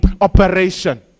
operation